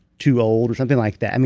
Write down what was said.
too old or something like that.